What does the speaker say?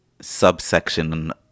subsection